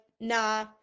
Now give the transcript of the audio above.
nah